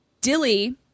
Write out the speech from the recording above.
dilly